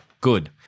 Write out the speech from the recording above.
good